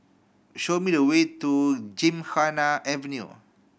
show me the way to Gymkhana Avenue